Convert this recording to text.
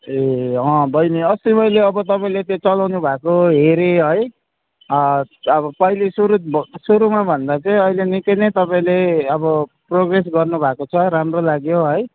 ए अँ बहिनी अस्ति मैले अब तपाईँले त्यो चलाउनुभएको हेरेँ है अब पहिले सुरु सुरुमा भन्दा चाहिँ अहिले निकै नै तपाईँले अब प्रोग्रेस गर्नुभएको छ राम्रो लाग्यो है